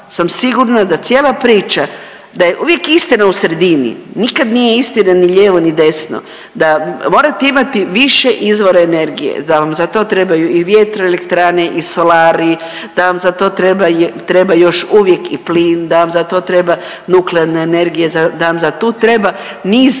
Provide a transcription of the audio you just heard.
sam sigurna da cijela priča, da je uvijek istina u sredini. Nikad nije istina ni lijevo ni desno, da morate imati više izvora energije, da vam za to trebaju i vjetroelektrane i solari, da vam za treba još uvijek i plin, da vam za to treba nuklearna energija, da vam za to treba niz